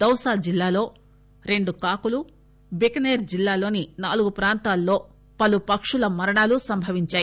దౌసా జిల్లాలో రెండు కాకులు బికనేర్ జిల్లాలోని నాలుగు ప్రాంతాల్లో పలు పక్షుల మరణాలు సంభవించాయి